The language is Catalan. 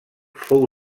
fou